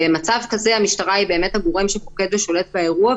במצב כזה המשטרה היא באמת הגורם שפוקד ושולט באירוע,